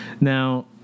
now